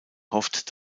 hofft